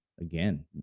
Again